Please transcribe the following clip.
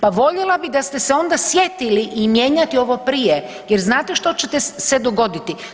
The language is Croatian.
Pa voljela bi da ste se onda sjetili i mijenjati ovo prije jer znate što će se dogoditi?